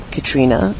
Katrina